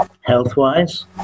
health-wise